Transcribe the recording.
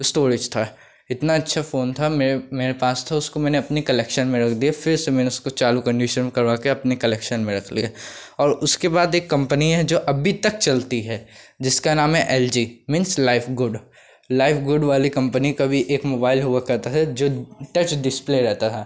storage थी इतना अच्छा फ़ोन था मेरे मेरे पास था उसको मैंने अपनी कलेक्शन में रख दिया फिर से मैंने उसको चालू कंडीशन में करवा के अपनी कलेक्शन में रख लिया और उसके बाद एक कम्पनी है जो अभी तक चलती है जिसका नाम है L G means life good life good वाली कम्पनी का भी एक मुबाइल हुआ करता था जो टच डिस्प्ले रहता था